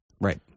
Right